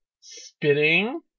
spitting